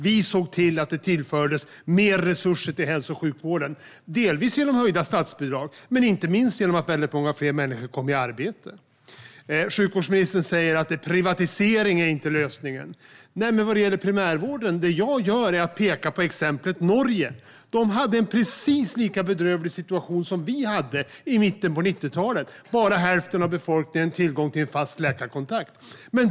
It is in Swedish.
Vi såg till att det tillfördes mer resurser till hälso och sjukvården, delvis genom höjda statsbidrag men inte minst genom att väldigt många fler människor kom i arbete. Sjukvårdsministern säger att privatisering inte är lösningen. Men vad jag gör när det gäller primärvården är att peka på exemplet Norge. De hade en precis lika bedrövlig situation i mitten av 90-talet som vi hade. Bara hälften av befolkningen hade tillgång till en fast läkarkontakt.